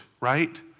right